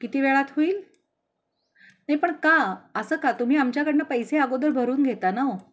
किती वेळात होईल नाही पण का असं का तुम्ही आमच्याकडनं पैसे अगोदर भरून घेता नं